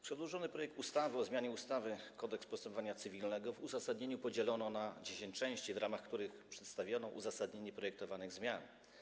Przedłożony projekt ustawy o zmianie ustawy Kodeks postępowania cywilnego w uzasadnieniu podzielono na 10 części, w ramach których przedstawiono uzasadnienie projektowanych zmian.